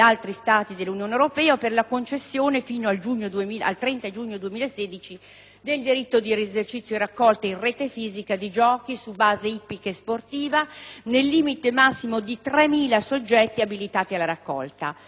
del diritto di esercizio e raccolta, in rete fisica, di giochi su base ippica e sportiva, nel limite massimo di 3.000 soggetti abilitati alla raccolta. L'articolo 1-*ter* rimette ad un apposito decreto del Ministro dell'economia e delle finanze